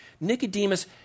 Nicodemus